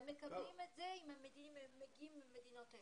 הם מקבלים את זה אם הם מגיעים ממדינות כאלה.